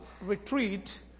retreat